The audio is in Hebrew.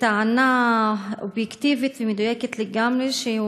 בטענה אובייקטיבית ומדויקת לגמרי שהוא